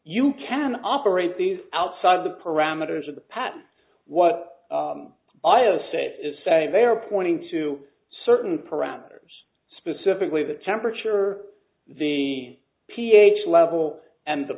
you can operate these outside the parameters of the patent what iowa state is say they are pointing to certain parameters specifically the temperature the ph level and the